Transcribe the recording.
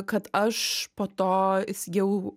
kad aš po to įsigijau